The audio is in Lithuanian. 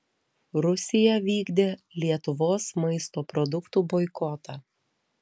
rusija vykdė lietuvos maisto produktų boikotą